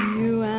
you